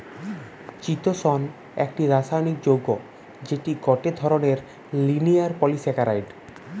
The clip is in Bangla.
চিতোষণ একটি রাসায়নিক যৌগ্য যেটি গটে ধরণের লিনিয়ার পলিসাকারীদ